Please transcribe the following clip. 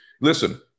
Listen